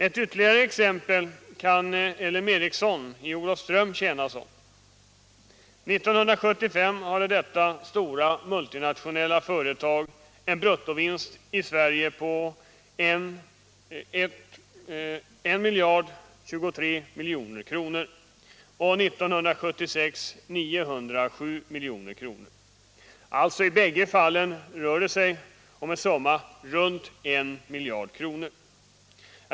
Ett ytterligare exempel kan L M Ericsson i Olofström tjäna som. 1975 hade detta stora multinationella företag en bruttovinst i Sverige på 1023 milj.kr. och 1976 på 907 milj.kr. Det rör sig alltså i bägge fallen runt en miljard kronor.